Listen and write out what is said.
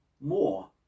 more